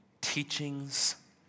teachings